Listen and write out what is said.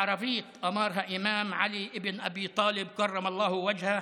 בערבית אמר האימאם עלי אבן אבי טאלב: (אומר בערבית ומתרגם:)